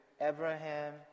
abraham